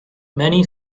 many